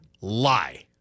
lie